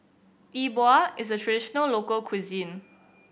E Bua is a traditional local cuisine